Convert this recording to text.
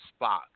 Spock